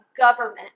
government